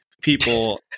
people